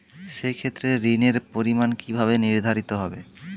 সে ক্ষেত্রে ঋণের পরিমাণ কিভাবে নির্ধারিত হবে?